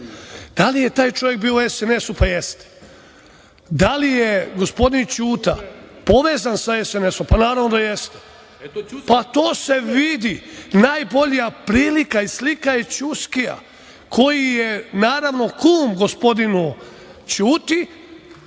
li je taj čovek bio u SNS-u? Pa jeste. Da li je gospodin Ćuta povezan sa SNS-om? Pa naravno da jeste. Pa to se vidi, najbolja prilika i slika je Ćuskija, koji je naravno kum gospodinu Ćuti.